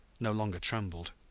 no longer trembled.